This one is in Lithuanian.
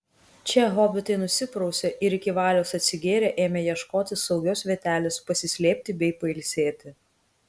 čia hobitai nusiprausė ir iki valios atsigėrę ėmė ieškotis saugios vietelės pasislėpti bei pailsėti